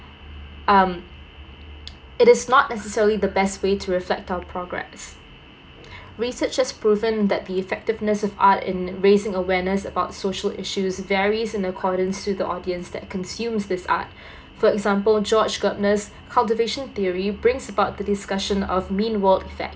um it is not necessarily the best way to reflect our progress research has proven that the effectiveness of art in raising awareness about social issues varies in accordance to the audience that consumes this art for example george gerbner's cultivation theory brings about the discussion of mean world effect